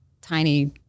tiny